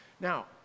now